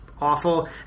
awful